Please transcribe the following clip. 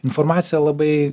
informacija labai